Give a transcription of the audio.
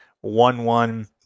one-one